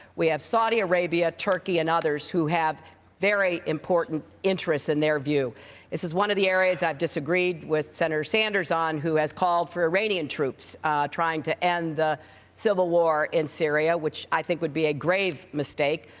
we have saudi arabia, turkey, and others who have very important interests in their view. this is one of the areas i've disagreed with senator sanders on, who has called for iranian troops trying to end civil war in syria, which i think would be a grave mistake.